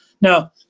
Now